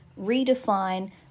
redefine